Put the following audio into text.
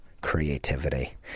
creativity